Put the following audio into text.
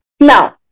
Now